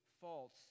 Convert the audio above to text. false